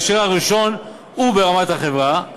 שהראשון הוא ברמת החברה,